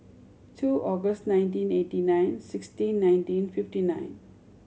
two August nineteen eighty nine sixteen nineteen fifty nine